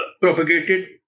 propagated